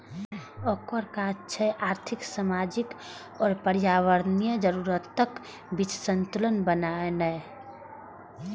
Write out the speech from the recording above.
ओकर काज छै आर्थिक, सामाजिक आ पर्यावरणीय जरूरतक बीच संतुलन बनेनाय